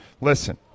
listen